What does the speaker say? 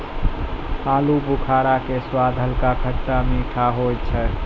आलूबुखारा के स्वाद हल्का खट्टा मीठा होय छै